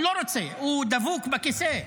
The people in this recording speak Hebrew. הוא לא רוצה, הוא דבוק לכיסא,